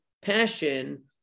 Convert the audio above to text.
Passion